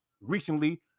recently